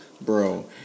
bro